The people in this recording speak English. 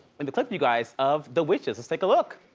and the clip, you guys, of the witches, let's take a look.